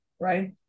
right